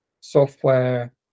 software